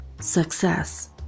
success